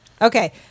Okay